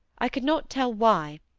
i could not tell why,